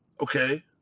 Okay